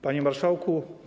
Panie Marszałku!